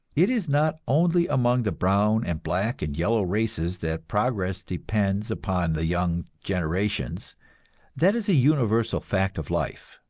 it is not only among the brown and black and yellow races that progress depends upon the young generations that is a universal fact of life.